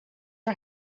our